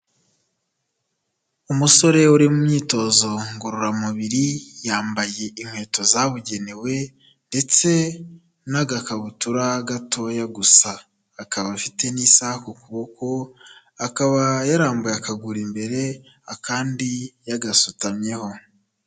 Umusore uri mu myitozo ngororamubiri, yambaye inkweto zabugenewe ndetse n'agakabutura gatoya gusa, akaba afite n'isaha ku kuboko, akaba yarambuye akaguru imbere, akandi yagasutamyeho.